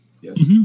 Yes